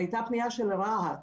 הייתה פנייה של רהט,